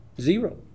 zero